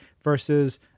versus